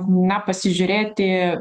na pasižiūrėti